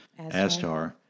Astar